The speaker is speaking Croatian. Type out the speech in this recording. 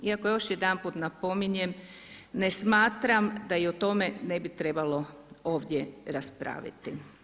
Iako još jedanput napominjem ne smatram da i o tome ne bi trebalo ovdje raspraviti.